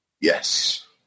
Yes